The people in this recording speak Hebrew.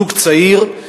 זוג צעיר,